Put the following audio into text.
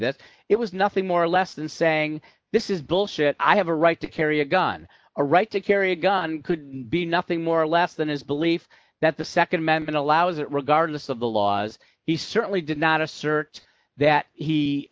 this it was nothing more or less than saying this is bullshit i have a right to carry a gun a right to carry a gun could be nothing more or less than his belief that the nd amendment allows it regardless of the laws he certainly did not assert that he